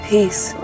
Peace